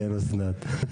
כן אסנת.